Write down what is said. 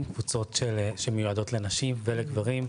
קבוצות שמיועדות לנשים וקבוצות שמיועדות לגברים,